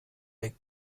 weg